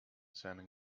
sending